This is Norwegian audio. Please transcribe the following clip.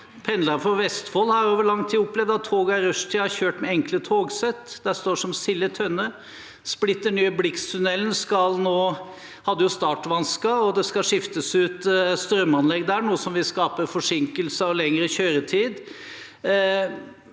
Pendlere fra Vestfold har over lang tid opplevd at toget i rushtiden har kjørt med enkle togsett. Man står som sild i tønne. Splitter nye Blixtunnelen hadde startvansker, og det skal skiftes ut strømanlegg der, noe som vil skape forsinkelser og lengre kjøretid.